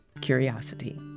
curiosity